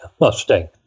Mustang